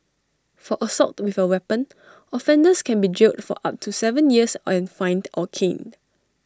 for assault with A weapon offenders can be jailed for up to Seven years and fined or caned